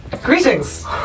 Greetings